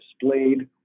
displayed